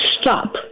stop